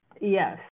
Yes